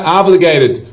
obligated